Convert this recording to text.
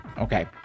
Okay